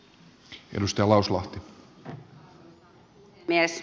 arvoisa puhemies